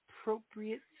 appropriate